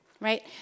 Right